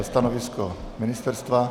Stanovisko ministerstva?